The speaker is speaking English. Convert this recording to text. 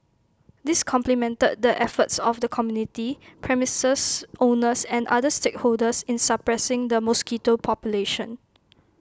this complemented the efforts of the community premises owners and other stakeholders in suppressing the mosquito population